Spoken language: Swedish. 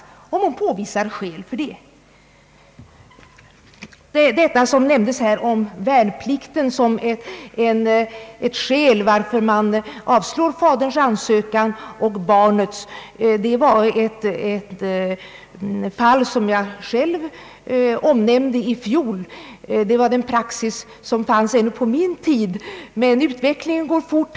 De fall som herr Dahlberg nämnde om värnplikten som ett skäl att avslå faderns och barnets medborgarskapsansökan omnämnde jag själv i fjol. Det var en praxis som fanns på min tid, men utvecklingen går fort.